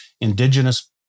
indigenous